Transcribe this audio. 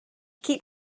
keep